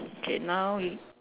okay now we